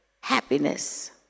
happiness